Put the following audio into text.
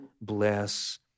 bless